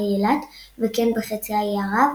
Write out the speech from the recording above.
הרי אילת וכן בחצי האי ערב,